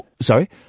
Sorry